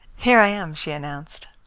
here i am, she announced,